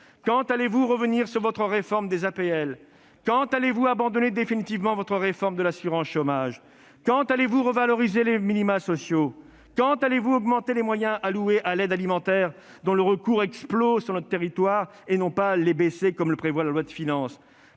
Quand allez-vous revenir sur votre réforme des aides personnalisées au logement (APL) ? Quand allez-vous abandonner définitivement votre réforme de l'assurance chômage ? Quand allez-vous revaloriser les minima sociaux ? Quand allez-vous augmenter les moyens alloués à l'aide alimentaire, à laquelle le recours explose sur notre territoire, et non les baisser, comme le prévoit le projet de loi de finances ?